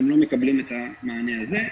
אז הם לא מקבלים את המענה הזה.